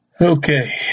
Okay